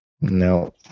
No